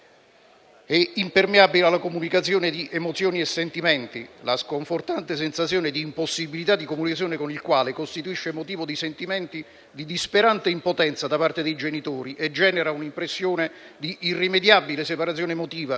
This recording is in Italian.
ed impermeabile alla condivisione di emozioni e sentimenti, la sconfortante sensazione di impossibilità di comunicazione con il quale costituisce motivo di sentimenti di disperante impotenza da parte dei genitori e genera una impressione di irrimediabile separazione emotiva,